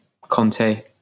Conte